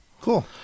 Cool